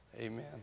Amen